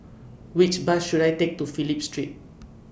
Which Bus should I Take to Phillip Street